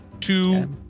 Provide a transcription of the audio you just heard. two